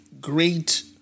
great